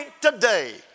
today